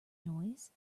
noise